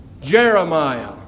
Jeremiah